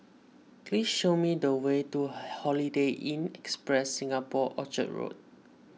please show me the way to Holiday Inn Express Singapore Orchard Road